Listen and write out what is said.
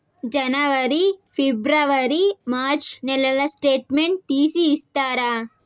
జనవరి, ఫిబ్రవరి, మార్చ్ నెలల స్టేట్మెంట్ తీసి ఇస్తారా?